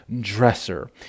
dresser